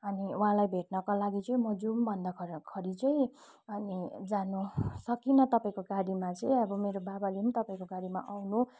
अनि उहाँलाई भेट्नको लागि चाहिँ म जुम भन्दाखेरि चै अनि जान सकिनँ तपाईँको गाडीमा चाहिँ अब मेरो बाबाले पनि तपाईँको गाडीमा आउनु